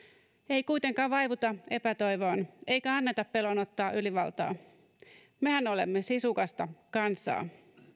ei kuitenkaan vaivuta epätoivoon eikä anneta pelon ottaa ylivaltaa mehän olemme sisukasta kansaa